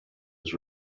was